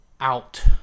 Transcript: out